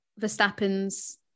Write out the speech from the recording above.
Verstappen's